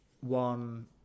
one